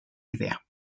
idea